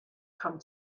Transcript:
come